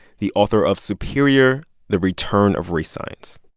the author of superior the return of race science.